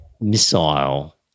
missile